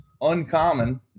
uncommon